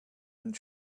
and